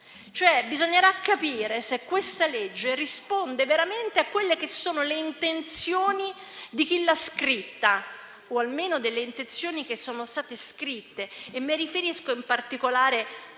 Bisognerà capire se questa legge risponde veramente alle intenzioni di chi l'ha scritta o almeno alle intenzioni che sono state scritte. Mi riferisco in particolare alla